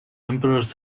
emperors